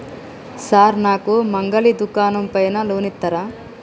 Sir నాకు మంగలి దుకాణం పైన లోన్ ఇత్తరా?